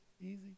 Easy